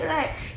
how